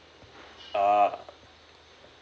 ah